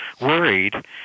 worried